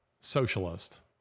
socialist